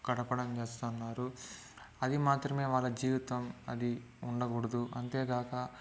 గడపడం చేస్తన్నారు అది మాత్రమే వాళ్ళ జీవితం అది ఉండగూడదు అంతేగాక